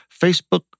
Facebook